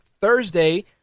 Thursday